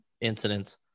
incidents